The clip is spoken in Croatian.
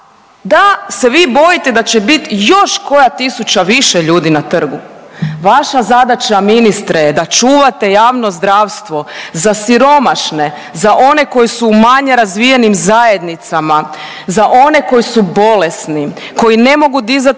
da se vi bojite da će biti još koja tisuća više ljudi na trgu vaša zadaća ministre je da čuvate javno zdravstvo za siromašne, za one koji su u manje razvijenim zajednicama, za one koji su bolesni, koji ne mogu dizati